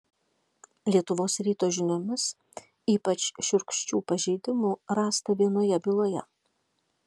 lietuvos ryto žiniomis ypač šiurkščių pažeidimų rasta vienoje byloje